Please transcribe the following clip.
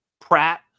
Pratt